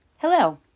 Hello